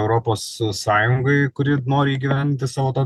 europos sąjungai kuri nori įgyvendinti savo tą